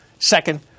Second